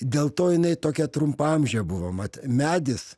dėl to jinai tokia trumpaamžė buvo mat medis